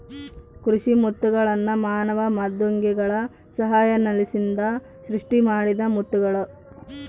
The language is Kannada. ಕೃಷಿ ಮುತ್ತುಗಳ್ನ ಮಾನವ ಮೃದ್ವಂಗಿಗಳ ಸಹಾಯಲಿಸಿಂದ ಸೃಷ್ಟಿಮಾಡಿದ ಮುತ್ತುಗುಳು